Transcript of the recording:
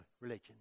religion